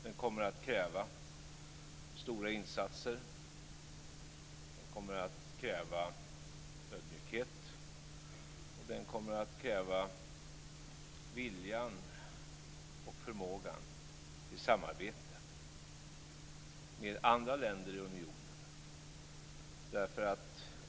Den kommer att kräva stora insatser, den kommer att kräva ödmjukhet och den kommer att kräva vilja och förmåga till samarbete med andra länder i unionen.